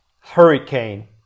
hurricane